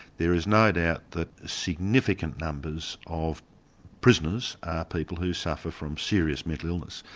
there is no doubt that significant numbers of prisoners are people who suffer from serious mental illness.